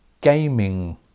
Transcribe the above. gaming